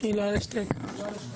היועץ המשפטי של רשות ניירות ערך.